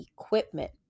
equipment